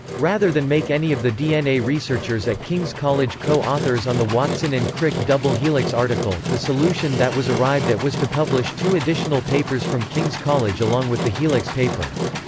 rather than make any of the dna researchers at king's college co-authors on the watson and crick double helix article, the solution that was arrived at was to publish two additional papers from king's college along with the helix paper.